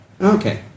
Okay